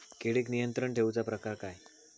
किडिक नियंत्रण ठेवुचा प्रकार काय?